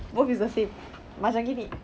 both is the same macam gini